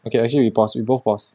okay actually we pause we both pause